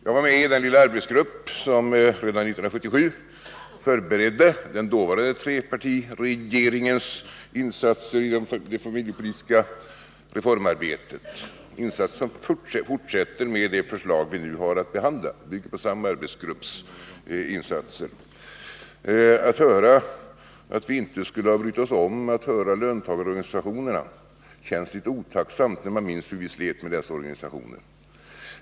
Jag var med i den lilla arbetsgrupp som redan 1977 förberedde den dåvarande trepartiregeringens insatser i det familjepolitiska reformarbetet — insatser som fortsätter med det förslag vi nu har att behandla, vilket bygger på samma arbetsgrupps förslag. Att man säger att vi inte skulle ha brytt oss om att höra löntagarorganisationerna känns litet otacksamt, när man minns hur vi slet med dessa organisationer.